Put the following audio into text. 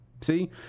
See